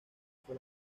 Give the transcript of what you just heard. fue